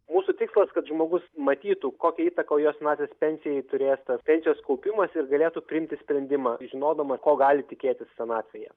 mūsų tikslas kad žmogus matytų kokią įtaką jo senatvės pensijai turės tas pensijos kaupimas ir galėtų priimti sprendimą žinodama ko gali tikėtis senatvėje